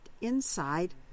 inside